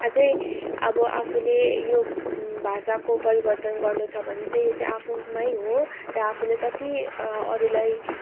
अझै अब आफूले यो भाषाको परिवर्तन गर्नु छ भने चाहिँ यो चाहिँ आफुमै हो र आफुले जति अरूलाई